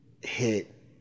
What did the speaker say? hit